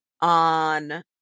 on